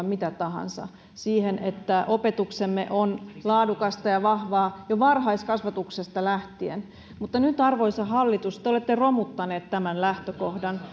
mitä tahansa siihen että opetuksemme on laadukasta ja vahvaa jo varhaiskasvatuksesta lähtien mutta nyt arvoisa hallitus te olette romuttaneet tämän lähtökohdan